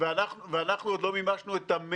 ואנחנו עוד לא מימשנו,